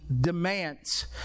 demands